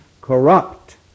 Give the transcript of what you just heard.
corrupt